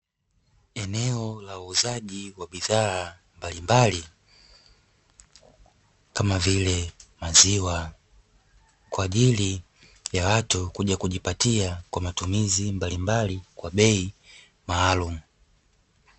Eneo la uuzaji wa bidhaa mbalimbali kama vile maziwa, kwa ajili ya watu kuja kujipatia kwa matumizi mbalimbali kwa bei maalumu.